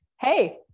Hey